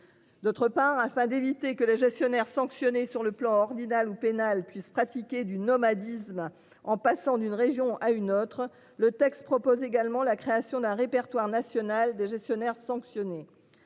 D'autre part afin d'éviter que les gestionnaires sanctionné sur le plan ordinale ou pénale puisse pratiquer du nomadisme en passant d'une région à une autre. Le texte propose également la création d'un répertoire national des gestionnaires sanctionné.